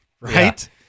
right